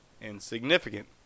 insignificant